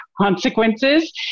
consequences